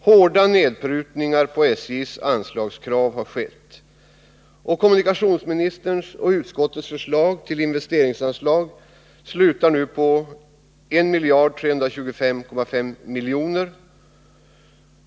Hårda nedprutningar av SJ:s anslagskrav har skett. Kommunikationsministerns och utskottets förslag till investeringsanslag slutar på 1325,5 milj.kr.